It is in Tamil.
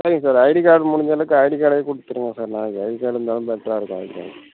சரிங்க சார் ஐடி கார்டு முடிஞ்சளவுக்கு ஐடி கார்டாகவே கொடுத்துருங்க சார் நாளைக்கு ஐடி கார்ட் இருந்தால் தான் பெட்டராக இருக்கும் அதுக்கு தான்